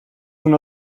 uno